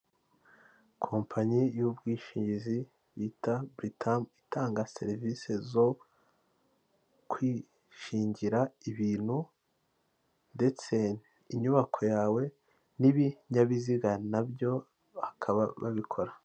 Kompanyi y'ubwishingizi bita buritamu itanga serivisi zo kwishingira ibintu ndetse inyubako yawe n'ibinyabiziga nabyo bakaba babikora.